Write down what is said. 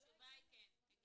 או אין?